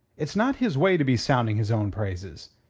it's not his way to be sounding his own praises.